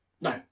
No